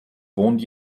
wohnt